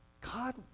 God